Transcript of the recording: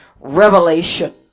revelation